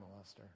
molester